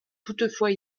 toutefois